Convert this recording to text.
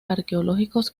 arqueológicos